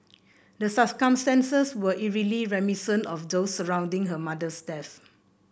the circumstances were eerily reminiscent of those surrounding her mother's death